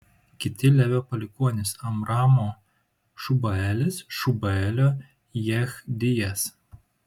kiti levio palikuonys amramo šubaelis šubaelio jechdijas